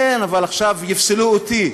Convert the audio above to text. כן, אבל עכשיו יפסלו אותי.